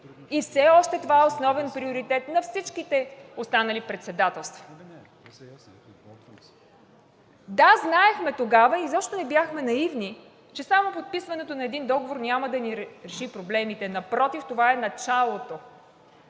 и все още това е основен приоритет на всичките останали председателства. Да, знаехме тогава, изобщо не бяхме наивни, че само подписването на един договор няма да ни реши проблемите – напротив, това е началото.